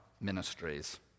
ministries